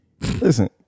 Listen